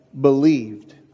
believed